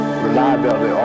reliability